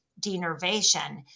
denervation